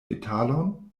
detalon